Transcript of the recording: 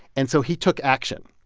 and so he took action.